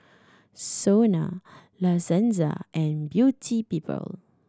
SONA La Senza and Beauty People